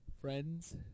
Friends